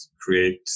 create